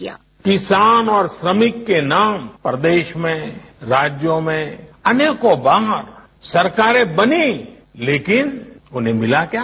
bite PM किसान और श्रमिक के नाम पर देश में राज्यों में अनेकों बार सरकारें बनी लेकिन उन्हें मिला क्या